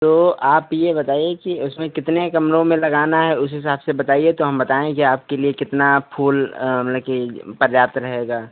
तो आप यह बताइए कि उसमें कितने गमलों में लगाना है उस हिसाब से बताइए तो हम बताएँ कि आपके लिए कितना फूल मतलब कि पर्याप्त रहेगा